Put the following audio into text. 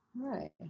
Right